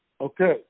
Okay